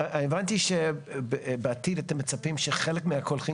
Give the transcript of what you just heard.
הבנתי שבעתיד אתם מצפים שחלק מהשפכים